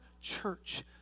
church